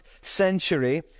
century